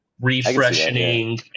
refreshing